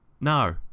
No